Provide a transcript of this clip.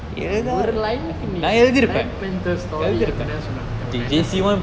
ஒரு:oru line black panther story ah எழுதுனேன் சொன்ன பாத்தியா உன்ன என்ன செய்யலாம்:eluthunen sonna paathiyaa unna enna seiyalaam